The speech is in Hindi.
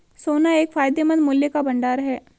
सोना एक फायदेमंद मूल्य का भंडार है